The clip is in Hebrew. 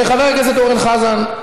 חבר הכנסת אורן חזן,